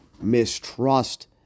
mistrust